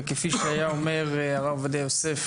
וכפי שהיה אומר הרב עובדיה יוסף,